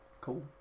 Cool